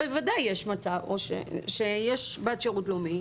בוודאי יש מצב שיש בת שירות לאומי,